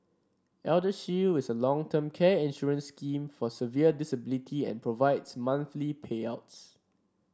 eldershield is a long term care insurance scheme for severe disability and provides monthly payouts